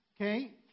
okay